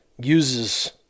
uses